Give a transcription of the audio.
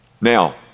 Now